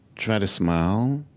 try to smile,